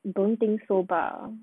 don't think so lah